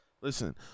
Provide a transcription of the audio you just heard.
Listen